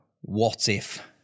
what-if